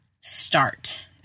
start